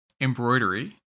embroidery